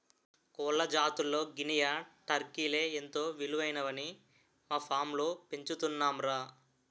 కోళ్ల జాతుల్లో గినియా, టర్కీలే ఎంతో విలువైనవని మా ఫాంలో పెంచుతున్నాంరా